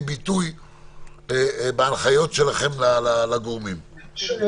ביטוי בהנחיות שלכם לגורמים השונים.